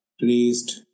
raised